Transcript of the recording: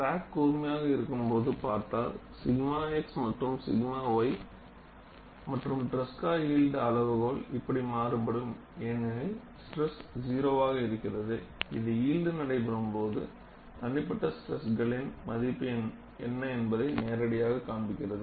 crack கூர்மையாக இருக்கும்போது பார்த்தால் 𝛔 X மற்றும் 𝛔 Y மற்றும் ட்ரெஸ்கா யீல்டு அளவுகோல் இப்படி மாறுபடும் ஏனெனில் ஸ்டிரஸ் 0 ஆக இருக்கிறது இது யீல்டு நடைபெறும் போது தனிப்பட்ட ஸ்ட்ரெஸ்களின் மதிப்பு என்ன என்பதை நேரடியாக காண்பிக்கிறது